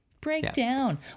Breakdown